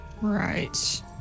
Right